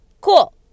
cool